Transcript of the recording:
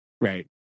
right